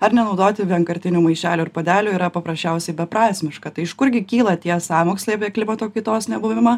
ar nenaudoti vienkartinių maišelių ir puodelių yra paprasčiausiai beprasmiška tai iš kurgi kyla tie sąmokslai apie klimato kaitos nebuvimą